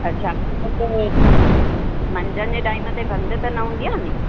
अच्छा मिलंदो नी मंझंदि जे टाइम ते बंदि त न हूंदी आहे नी